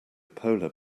polar